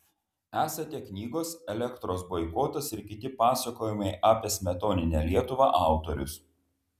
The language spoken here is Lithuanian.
esate knygos elektros boikotas ir kiti pasakojimai apie smetoninę lietuvą autorius